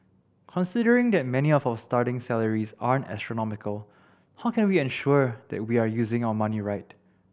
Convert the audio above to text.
considering that many of our starting salaries aren't astronomical how can we ensure that we are using our money right